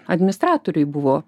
administratoriui buvo